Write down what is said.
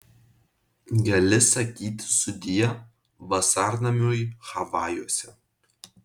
gali sakyti sudie vasarnamiui havajuose